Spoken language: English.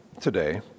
today